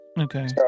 Okay